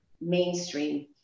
mainstream